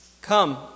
come